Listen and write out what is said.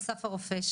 אסף הרופא,